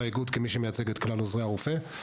האיגוד כמי שמייצג את כלל עוזרי הרופא.